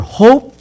hope